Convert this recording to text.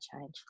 change